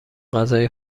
غذای